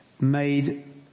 made